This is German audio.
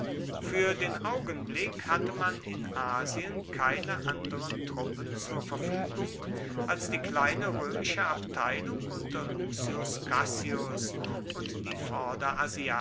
für den augenblick hatte man in asien keine anderen truppen zur verfügung als die kleine römische abteilung unter lucius cassius und die